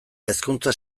hezkuntza